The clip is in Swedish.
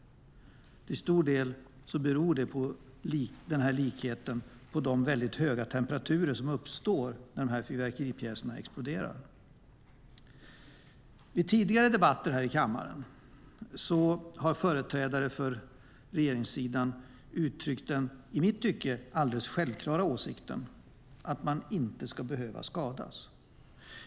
Till stor del beror likheten på de väldigt höga temperaturer som uppstår när fyrverkeripjäserna exploderar. Vid tidigare debatter här i kammaren har företrädare för regeringssidan uttryckt den i mitt tycke alldeles självklara åsikten att man inte ska behöva skadas.